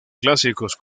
clásicos